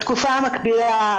בתקופה המקבילה,